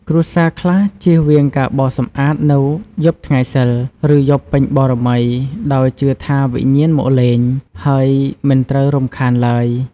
គ្រួសារខ្លះជៀសវាងការបោសសម្អាតនៅយប់ថ្ងៃសីល ឬយប់ពេញបូណ៌មី ដោយជឿថាវិញ្ញាណមកលេង ហើយមិនត្រូវរំខានឡើយ។